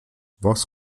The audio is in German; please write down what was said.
was